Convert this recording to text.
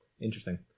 interesting